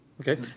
Okay